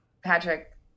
Patrick